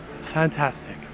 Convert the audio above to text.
fantastic